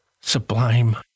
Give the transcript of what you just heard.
sublime